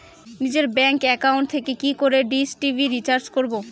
নিজের bank account থেকে কি করে ডিশ টি.ভি রিচার্জ করবো?